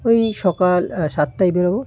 ওই সকাল সাতটায় বেরোবো